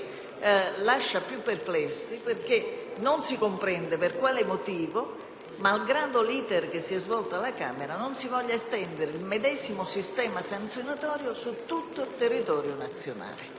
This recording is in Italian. lascia più perplessi perché non si comprende per quale motivo, malgrado l'*iter* che si è svolto alla Camera, non si voglia estendere il medesimo sistema sanzionatorio su tutto il territorio nazionale.